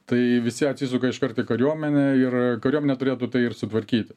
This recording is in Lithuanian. tai visi atsisuka iškart į kariuomenę ir kariuomenė turėtų tai ir sutvarkyti